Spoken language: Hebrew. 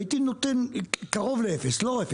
הייתי נותן קרוב לאפס, לא אפס.